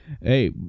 hey